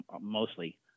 mostly